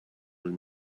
will